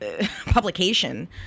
publication